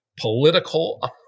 political